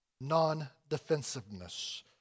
non-defensiveness